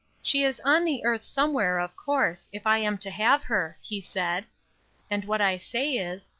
she is on the earth somewhere, of course, if i am to have her he said and what i say is,